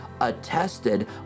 attested